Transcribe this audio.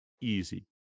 easy